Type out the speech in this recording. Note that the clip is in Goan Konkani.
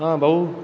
आं भाऊ